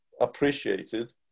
appreciated